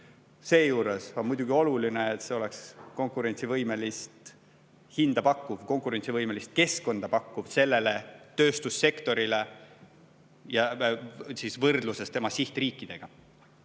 Seejuures on muidugi oluline, et see pakuks konkurentsivõimelist hinda, konkurentsivõimelist keskkonda sellele tööstussektorile võrdluses tema sihtriikidega.